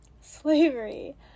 slavery